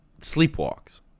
sleepwalks